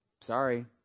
sorry